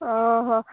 ଓହୋ